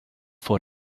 vor